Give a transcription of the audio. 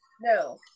no